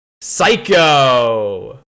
Psycho